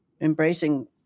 embracing